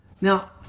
Now